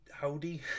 Howdy